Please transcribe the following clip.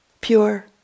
Pure